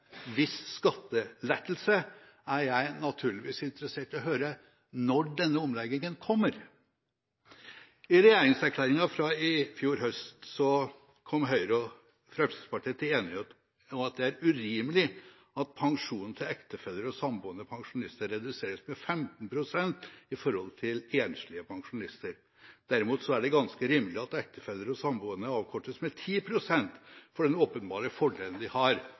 skattelettelse, er jeg naturligvis interessert i å høre når denne omleggingen kommer. I regjeringserklæringen fra i fjor høst kom Høyre og Fremskrittspartiet til enighet om at det er urimelig at pensjonen til ektefeller og samboende pensjonister reduseres med 15 pst. i forhold til enslige pensjonister. Derimot er det ganske rimelig at ektefeller og samboende avkortes med 10 pst. for den åpenbare fordelen de har